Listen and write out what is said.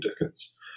Dickens